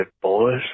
boys